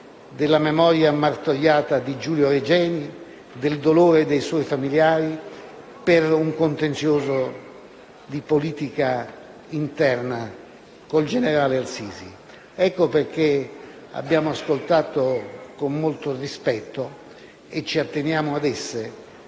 della memoria martoriata di Giulio Regeni e del dolore dei suoi familiari per un contenzioso di politica interna con il generale al-Sisi. Ecco perché abbiamo ascoltato con molto rispetto e ci atteniamo alle sue